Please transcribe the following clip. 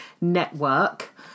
network